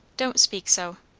don't speak so.